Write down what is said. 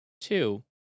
Two